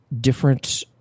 different